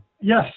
Yes